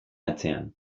atzean